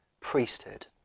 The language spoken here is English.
priesthood